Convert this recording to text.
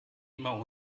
immer